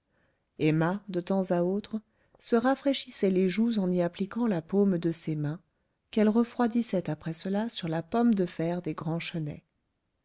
emma de temps à autre se rafraîchissait les joues en y appliquant la paume de ses mains qu'elle refroidissait après cela sur la pomme de fer des grands chenets